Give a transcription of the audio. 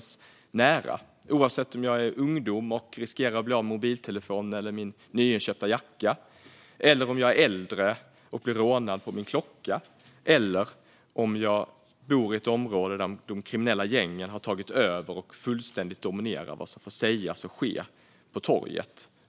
Det gäller oavsett om det är en ungdom som riskerar att bli av med mobiltelefonen eller en nyinköpt jacka, en äldre person som blir rånad på sin klocka eller någon som bor i ett område där de kriminella gängen fullständigt har tagit över vad som sker och vad som får sägas på torget.